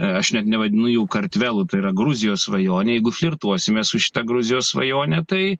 aš net nevadinu jų kartvelų tai yra gruzijos svajonė jeigu flirtuosime su šita gruzijos svajone tai